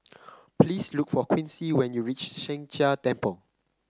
please look for Quincy when you reach Sheng Jia Temple